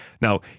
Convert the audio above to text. now